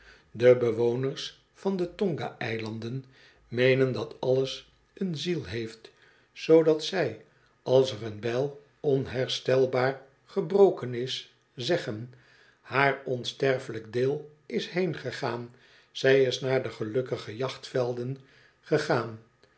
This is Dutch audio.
do bewoners van de tonga eilanden meenen dat alles een ziel heeft zoodat zij als er een bijl onherstelbaar gebroken is zeggen haar onsterfelijk deel is heengegaan zij is naar de gelukkige jachtvelden gegaan